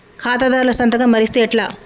ఖాతాదారుల సంతకం మరిస్తే ఎట్లా?